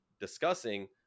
discussing